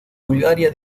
bulgaria